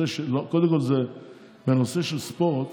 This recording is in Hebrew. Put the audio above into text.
קודם כול, בנושא של ספורט